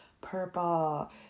purple